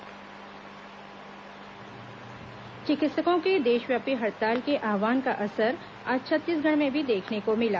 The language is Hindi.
डॉक्टर हड़ताल चिकित्सकों के देशव्यापी हड़ताल के आव्हान का असर आज छत्तीसगढ़ में भी देखने को मिला